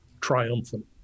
triumphant